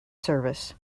service